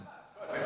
למה?